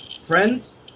friends